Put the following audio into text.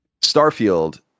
Starfield